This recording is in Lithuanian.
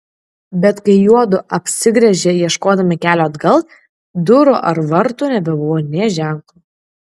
bet kai juodu apsigręžė ieškodami kelio atgal durų ar vartų nebebuvo nė ženklo